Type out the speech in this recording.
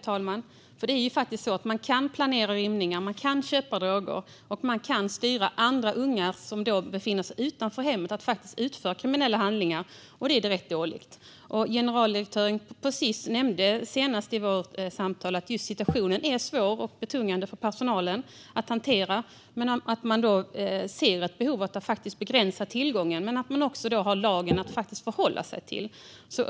talman! Det är ju faktiskt så att man kan planera rymningar och köpa droger. Man kan också styra andra unga, som befinner sig utanför hemmet, att utföra kriminella handlingar. Det är direkt dåligt. Generaldirektören på Sis nämnde i vårt samtal senast att situationen är svår och betungande för personalen att hantera. Man ser att behov av att begränsa tillgången, men man har också lagen att förhålla sig till.